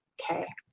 okay?